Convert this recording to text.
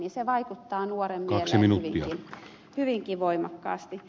se vaikuttaa nuoren mieleen hyvinkin voimakkaasti